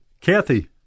Kathy